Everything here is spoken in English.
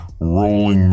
rolling